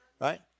right